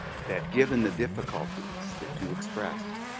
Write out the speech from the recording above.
that given the difficulties that you expressed,